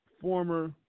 former